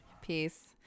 Peace